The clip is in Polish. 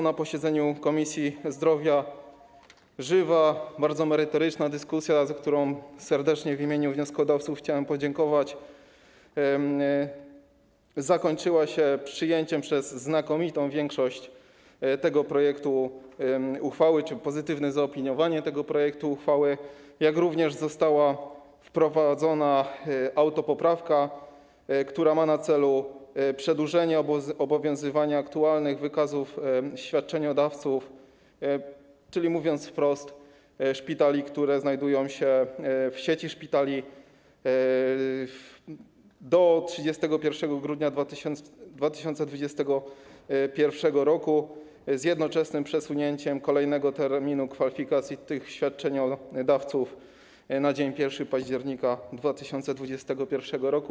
Na posiedzeniu Komisji Zdrowia żywa, bardzo merytoryczna dyskusja, za którą serdecznie w imieniu wnioskodawców chciałem podziękować, zakończyła się przyjęciem przez znakomitą większość tego projektu ustawy, czyli nastąpiło pozytywne zaopiniowanie tego projektu ustawy, jak również została wprowadzona autopoprawka, która ma na celu przedłużenie obowiązywania aktualnych wykazów świadczeniodawców, czyli mówiąc wprost: szpitali, które znajdują się w sieci szpitali, do 31 grudnia 2021 r. z jednoczesnym przesunięciem kolejnego terminu kwalifikacji tych świadczeniodawców na dzień 1 października 2021 r.